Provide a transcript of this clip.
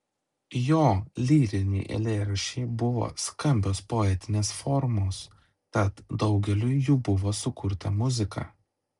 jo lyriniai eilėraščiai buvo skambios poetinės formos tad daugeliui jų buvo sukurta muzika